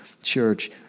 church